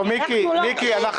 זאת